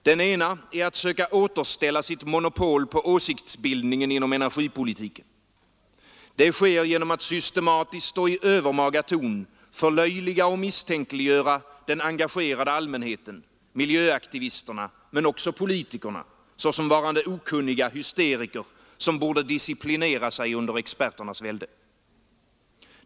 Den första är att söka återställa sitt monopol på åsiktsbildningen inom energipolitiken. Det sker genom att systematiskt och i övermaga ton förlöjliga och misstänkliggöra den engagerade allmänheten, miljöaktivisterna, men också politikerna, såsom varande okunniga hysteriker som borde disciplinera sig under experternas välde.